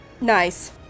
Nice